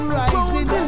rising